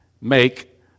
make